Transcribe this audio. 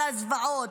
על הזוועות.